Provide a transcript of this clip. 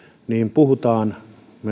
puhutaan